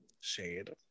Shade